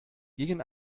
gegen